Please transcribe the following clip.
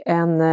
en